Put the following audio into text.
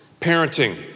parenting